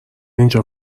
اینجا